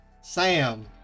Sam